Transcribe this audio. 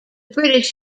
british